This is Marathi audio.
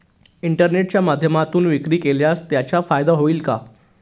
इंटरनेटच्या माध्यमातून विक्री केल्यास त्याचा फायदा होईल का?